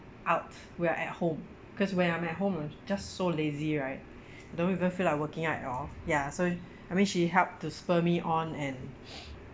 out we're at home because when I'm at home I'm just so lazy right don't even feel like working at all ya so I mean she helped to spur me on and